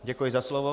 Děkuji za slovo.